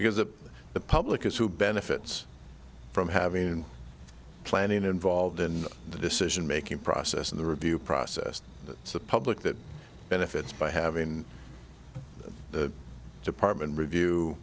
because of the public is who benefits from having planning involved in the decision making process and the review process that's the public that benefits by having the department review